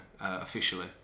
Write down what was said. officially